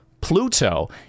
pluto